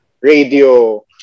radio